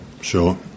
Sure